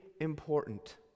important